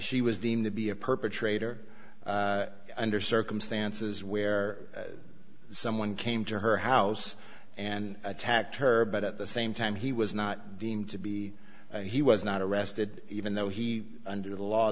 she was deemed to be a perpetrator under circumstances where someone came to her house and attacked her but at the same time he was not deemed to be he was not arrested even though he under the law